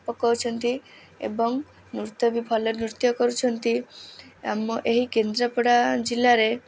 ପକୋଉଛନ୍ତି ଏବଂ ନୃତ୍ୟ ବି ଭଲ ନୃତ୍ୟ କରୁଛନ୍ତି ଆମ ଏହି କେନ୍ଦ୍ରାପଡ଼ା ଜିଲ୍ଲାରେ